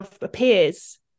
appears